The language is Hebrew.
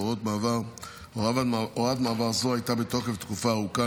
הוראת מעבר זו הייתה בתוקף תקופה ארוכה,